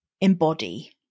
embody